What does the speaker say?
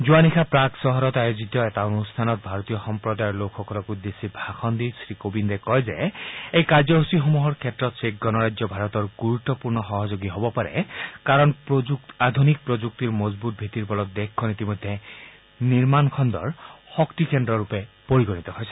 যোৱা নিশা প্ৰাগ চহৰত আয়োজিত এটা অনুষ্ঠানত ভাৰতীয় সম্প্ৰদায়ৰ লোকসকলক উদ্দেশ্যি ভাষণ দি শ্ৰীকোবিন্দে কয় যে এই কাৰ্যসুচীসমূহৰ ক্ষেত্ৰত চেক গণৰাজ্য ভাৰতৰ গুৰুত্পূৰ্ণ সহযোগী হব পাৰে কাৰণ আধুনিক প্ৰযুক্তিৰ মজবুত ভেটিৰ বলত দেশখন ইতিমধ্যে নিৰ্মাণৰ শক্তিকেন্দ্ৰৰূপে পৰিগণিত হৈছে